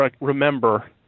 remember